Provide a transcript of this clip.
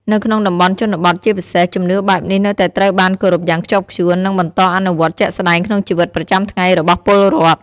នៅក្នុងតំបន់ជនបទ ជាពិសេស ជំនឿបែបនេះនៅតែត្រូវបានគោរពយ៉ាងខ្ជាប់ខ្ជួន និងបន្តអនុវត្តជាក់ស្ដែងក្នុងជីវិតប្រចាំថ្ងៃរបស់ពលរដ្ឋ។